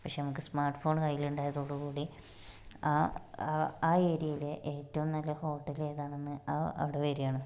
പക്ഷേ നമുക്ക് smart phone കയ്യിൽ ഉണ്ടായതോട് കൂടി ആ ആ ഏരിയയിലെ ഏറ്റവും നല്ല ഹോട്ടൽ ഏതാണെന്ന് ആ അവിടെ വരുവാണ്